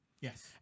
Yes